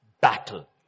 battle